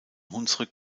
hunsrück